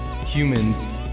humans